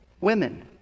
Women